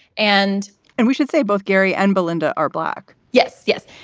and and we should say both gary and belinda are black. yes. yes.